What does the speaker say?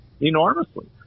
enormously